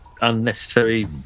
unnecessary